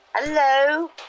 Hello